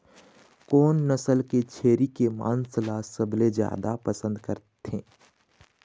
कोन नसल के छेरी के मांस ला सबले जादा पसंद करथे?